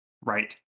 Right